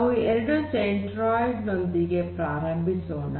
ನಾವು ಎರಡು ಸೆಂಟ್ರೋಯ್ಡ್ ನೊಂದಿಗೆ ಪ್ರಾರಂಭಿಸೋಣ